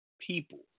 people